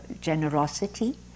generosity